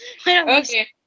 Okay